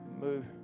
move